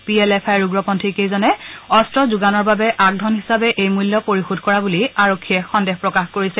P L F আইৰ উগ্ৰপন্থী কেইজনে অস্ত্ৰ যোগানৰ বাবে আগধন হিচাপে এই মূল্য পৰিশোধ কৰা বুলি আৰক্ষীয়ে সন্দেহ প্ৰকাশ কৰিছে